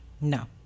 no